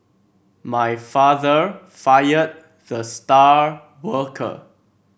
my father fired the star worker